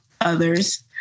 others